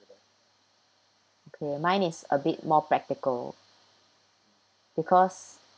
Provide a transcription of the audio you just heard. okay mine is a bit more practical because